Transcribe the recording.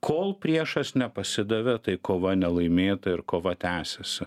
kol priešas nepasidavė tai kova nelaimėta ir kova tęsiasi